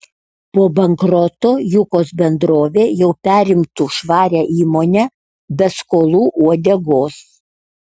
po bankroto jukos bendrovė jau perimtų švarią įmonę be skolų uodegos